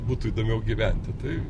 būtų įdomiau gyventi tai